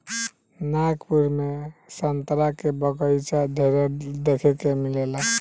नागपुर में संतरा के बगाइचा ढेरे देखे के मिलेला